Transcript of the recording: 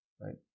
right